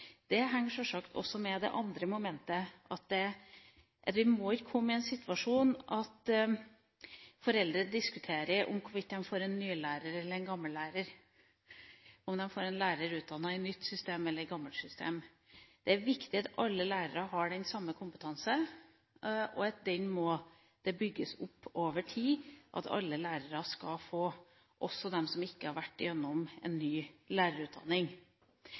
Det henger sjølsagt sammen med det andre momentet: Vi må ikke komme i den situasjonen at foreldre diskuterer hvorvidt barna får en ny lærer eller en gammel lærer – om de får en lærer utdannet i nytt system eller i gammelt system. Det er viktig at alle lærere har den samme kompetansen, at den må bygges opp over tid, og at alle lærere skal få – også de som ikke har vært gjennom en ny lærerutdanning.